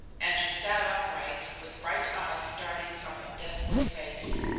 and she sat upright, with bright eyes starting from a deathly face.